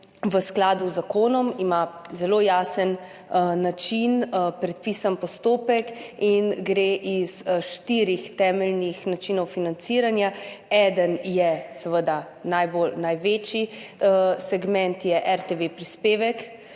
v skladu z zakonom, ima zelo jasen način, predpisan postopek in gre iz štirih temeljnih načinov financiranja. En, največji segment je RTV-prispevek,